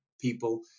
people